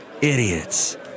idiots